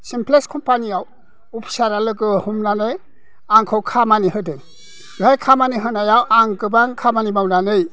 Cineplex कम्फानियाव उफिसारा लोगो हमनानै आंखौ खामानि होदों बे खामानि होनायाव आं गोबां खामानि मावनानै